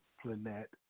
planet